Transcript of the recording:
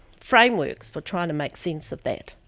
frameworks for trying to make sense of that.